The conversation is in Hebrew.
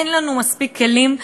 אין מספיק כלים,